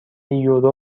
یورو